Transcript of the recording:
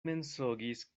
mensogis